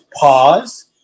pause